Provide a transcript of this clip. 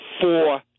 four